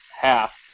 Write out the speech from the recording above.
half